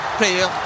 player